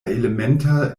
elementa